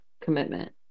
commitment